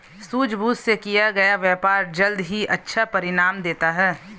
सूझबूझ से किया गया व्यापार जल्द ही अच्छा परिणाम देता है